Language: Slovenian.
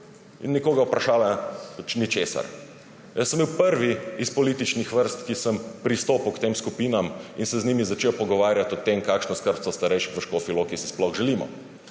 in nekogar nič vprašala. Jaz sem bil prvi iz političnih vrst, ki sem pristopil k tem skupinam in se z njimi začel pogovarjati o tem, kakšno skrbstvo starejših v Škofja Loki si sploh želimo.